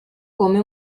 come